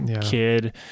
Kid